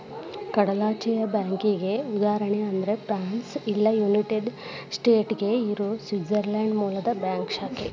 ಕಡಲಾಚೆಯ ಬ್ಯಾಂಕಿಗಿ ಉದಾಹರಣಿ ಅಂದ್ರ ಫ್ರಾನ್ಸ್ ಇಲ್ಲಾ ಯುನೈಟೆಡ್ ಸ್ಟೇಟ್ನ್ಯಾಗ್ ಇರೊ ಸ್ವಿಟ್ಜರ್ಲ್ಯಾಂಡ್ ಮೂಲದ್ ಬ್ಯಾಂಕ್ ಶಾಖೆ